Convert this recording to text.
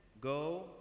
Go